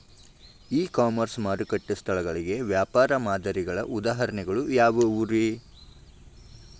E commerce ಮಾರುಕಟ್ಟೆ ಸ್ಥಳಗಳಿಗೆ ವ್ಯಾಪಾರ ಮಾದರಿಗಳ ಉದಾಹರಣೆಗಳು ಯಾವವುರೇ?